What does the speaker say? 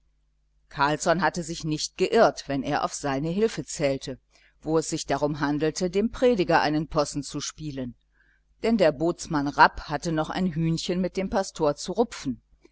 carlsson hatte sich nicht geirrt wenn er auf seine hilfe zählte wo es sich darum handelte dem prediger einen possen zu spielen denn der bootsmann rapp hatte noch ein hühnchen mit dem pastor zu rupfen